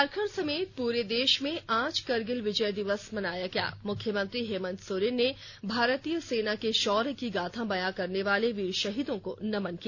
झारखंड समेत पूरे देश में आज कारगिल विजय दिवस मनाया गया मुख्यमंत्री हेमन्त सोरेन ने भारतीय सेना के शौर्य की गाथा बयां करने वाले वीर शहीदों को नमन किया